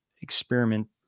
experiment